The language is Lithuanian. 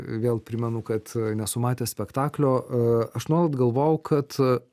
vėl primenu kad nesu matęs spektaklio aš nuolat galvojau kad